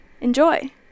Enjoy